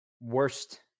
Worst